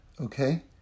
Okay